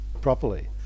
properly